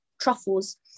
Truffles